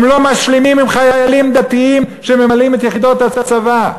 הם לא משלימים עם חיילים דתיים שממלאים את יחידות הצבא,